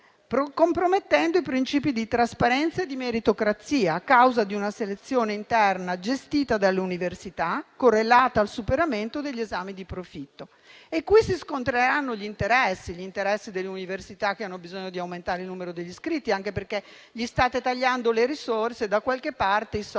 compromettendo i principi di trasparenza e di meritocrazia, a causa di una selezione interna gestita dalle università, correlata al superamento degli esami di profitto. Qui si scontreranno gli interessi delle università, che hanno bisogno di aumentare il numero degli iscritti, anche perché state tagliando loro le risorse e da qualche parte alle